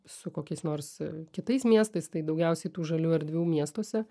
su kokiais nors kitais miestais tai daugiausiai tų žalių erdvių miestuose